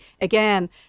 again